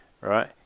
right